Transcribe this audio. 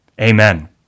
Amen